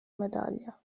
medaglia